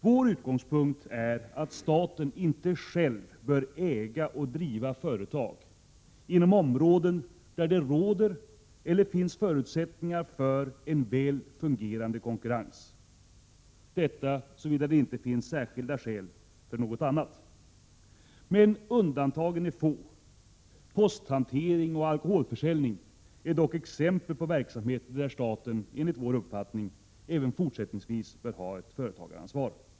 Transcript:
Vår utgångspunkt är att staten inte själv bör äga och driva företag inom områden där det råder, eller finns förutsättningar för, en väl fungerande konkurrens — detta såvida det inte finns särskilda skäl för något annat. Men undantagen är få. Posthantering och alkoholförsäljning är dock exempel på verksamheter där staten enligt vår uppfattning även fortsättningsvis bör ha ett företagaransvar.